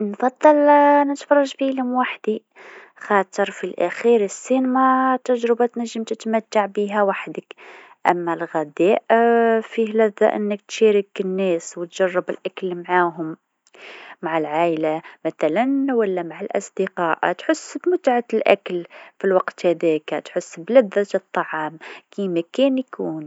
نفضل نتفرج فيلم وحدي خاطر في الأخير السينما تجربه تنجم تتمتع بيها وحدك أما الغداء فيه لذة إنك تشارك الناس وتجرب الأكل معاهم، مع العايله مثلا ولا مع الأصدقاء تحس بمتعة الأكل في الوقت هذاكا، تحس بلذة الطعام كيما كان يكون.